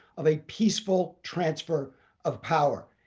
of a peaceful transfer of power.